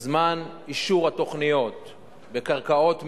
זמן אישור התוכניות בקרקעות מדינה,